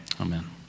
Amen